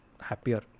happier